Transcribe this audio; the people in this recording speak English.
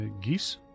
geese